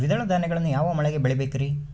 ದ್ವಿದಳ ಧಾನ್ಯಗಳನ್ನು ಯಾವ ಮಳೆಗೆ ಬೆಳಿಬೇಕ್ರಿ?